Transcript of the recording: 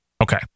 Okay